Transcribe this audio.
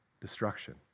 destruction